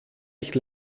ich